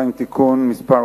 (תיקון מס'